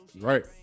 right